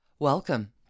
Welcome